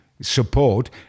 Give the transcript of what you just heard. Support